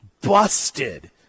Busted